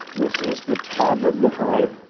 this is the top of the hive.